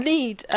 Need